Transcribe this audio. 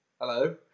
Hello